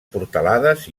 portalades